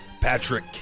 Patrick